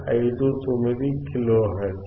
59 kilo hertz